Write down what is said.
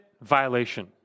violation